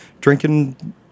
drinking